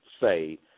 say